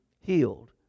healed